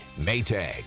Maytag